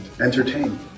entertain